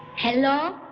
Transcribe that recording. hello?